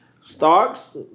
stocks